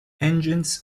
engines